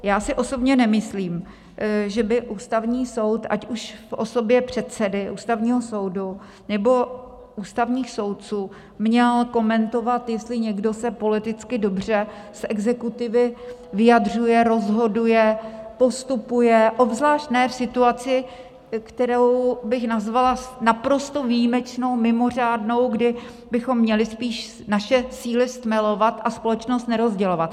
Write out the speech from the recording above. Já si osobně nemyslím, že by Ústavní soud, ať už v osobě předsedy Ústavního soudu, nebo ústavních soudců, měl komentovat, jestli někdo se politicky dobře z exekutivy vyjadřuje, rozhoduje, postupuje, obzvlášť ne v situaci, kterou bych nazvala naprosto výjimečnou, mimořádnou, kdy bychom měli spíš naše síly stmelovat a společnost nerozdělovat.